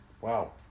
Wow